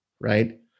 right